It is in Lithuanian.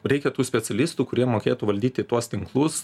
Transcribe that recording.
reikia tų specialistų kurie mokėtų valdyti tuos tinklus